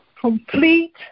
complete